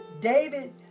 David